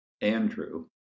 Andrew